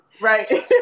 Right